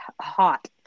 hot